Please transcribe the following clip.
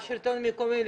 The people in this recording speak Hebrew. הפקחים בשלטון המקומי?